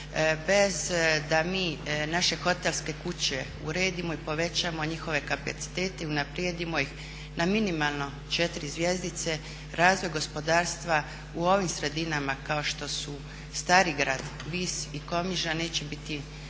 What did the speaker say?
Bez da mi naše hotelske kuće uredimo i povećamo njihove kapacitete i unaprijedimo ih na minimalno četiri zvjezdice razvoj gospodarstva i ovim sredinama kao što su Starigrad, Vis i Komiža neće biti